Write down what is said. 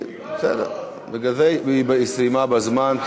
היא סיימה בזמן.